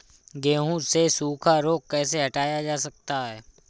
गेहूँ से सूखा रोग कैसे हटाया जा सकता है?